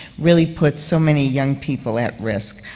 really puts so many young people at risk.